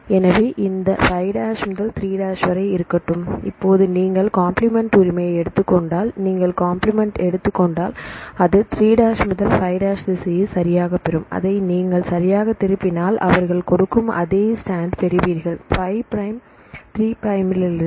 எனவே இந்த 5 முதல் 3 வரை இருக்கட்டும் இப்போது நீங்கள் கம்பிளிமெண்ட் உரிமையை எடுத்துக் கொண்டால் நீங்கள் கம்பிளிமெண்ட் எடுத்துக் கொண்டால் அது 3 முதல் 5 திசையை சரியாகப் பெறும் அதை நீங்கள் சரியாகத் திருப்பினால் அவர்கள் கொடுக்கும் அதே ஸ்டாண்ட்ப் பெறுவீர்கள் 5 பிரைம் 3 பிரைம்த்திலிருந்து